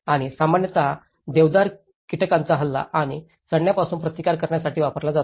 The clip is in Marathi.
आणि सामान्यत देवदार कीटकांचा हल्ला आणि सडण्यापासून प्रतिकार करण्यासाठी वापरला जातो